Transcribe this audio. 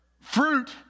fruit